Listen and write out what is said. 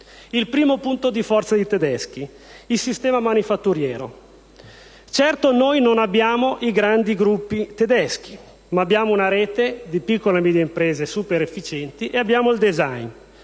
Il primo punto di forza dei tedeschi: il sistema manifatturiero. Certo, noi non abbiamo i grandi gruppi tedeschi, ma abbiamo una rete di piccole e medie imprese superefficienti e abbiamo il *design*.